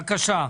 בבקשה.